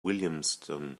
williamstown